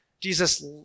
Jesus